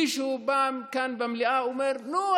מישהו אמר פעם כאן במליאה: נו,